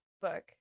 book